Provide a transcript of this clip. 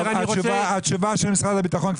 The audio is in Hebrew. התשובה של משרד הביטחון,